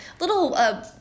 Little